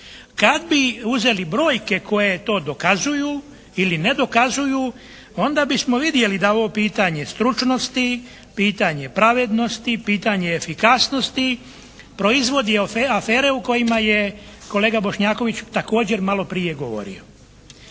Kad bi uzeli brojke koje to dokazuju ili ne dokazuju onda bismo vidjeli da ovo pitanje stručnosti, pitanje pravednosti, pitanje efikasnosti proizvodi afere u kojima je kolega Bošnjaković također maloprije govorio.